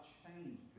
change